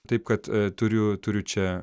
taip kad turiu turiu čia